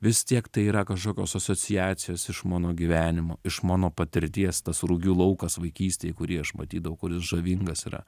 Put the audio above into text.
vis tiek tai yra kažkokios asociacijos iš mano gyvenimo iš mano patirties tas rugių laukas vaikystėj kurį aš matydavau kuris žavingas yra